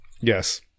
Yes